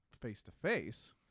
face-to-face